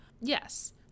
Yes